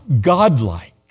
Godlike